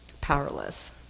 powerless